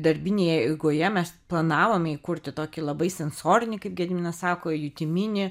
darbinėje eigoje mes planavome įkurti tokį labai sensorinį kaip gediminas sako jutiminį